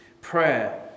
Prayer